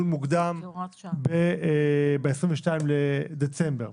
מוקדם ב-22 בדצמבר.